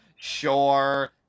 Sure